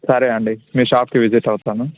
సరే అండి మీ షాప్కి విసిట్ అవుతాను